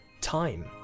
time